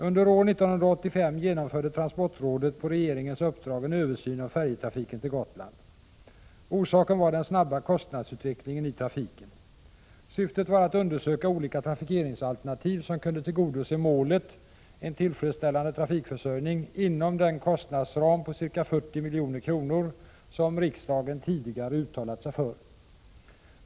Under år 1985 genomförde transportrådet på regeringens uppdrag en översyn av färjetrafiken till Gotland. Orsaken var den snabba kostnadsutvecklingen i trafiken. Syftet var att undersöka olika trafikeringsalternativ som kunde tillgodose målet, en tillfredsställande trafikförsörjning, inom den kostnadsram på ca 40 milj.kr. som riksdagen tidigare uttalat sig för.